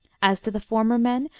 as to the former men,